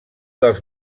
dels